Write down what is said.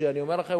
שאני אומר לכם,